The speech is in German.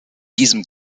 diesem